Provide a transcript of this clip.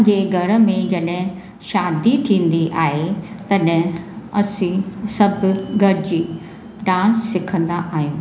असांजे घर में जॾहिं शादी थींदी आहे तॾहिं असां सभु गॾिजी डांस सिखंदा आहियूं